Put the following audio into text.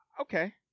Okay